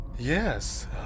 Yes